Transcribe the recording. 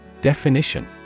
Definition